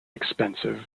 expensive